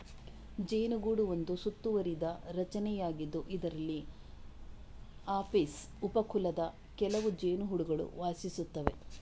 ಜೇನುಗೂಡು ಒಂದು ಸುತ್ತುವರಿದ ರಚನೆಯಾಗಿದ್ದು, ಇದರಲ್ಲಿ ಅಪಿಸ್ ಉಪ ಕುಲದ ಕೆಲವು ಜೇನುಹುಳುಗಳು ವಾಸಿಸುತ್ತವೆ